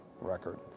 record